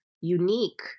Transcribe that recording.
unique